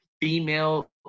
female